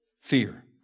fear